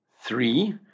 three